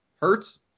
Hurts